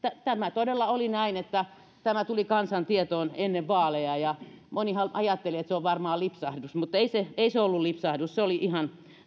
todella oli näin että tämä tuli kansan tietoon ennen vaaleja ja monihan ajatteli että se on varmaan lipsahdus mutta ei se ei se ollut lipsahdus se oli ihan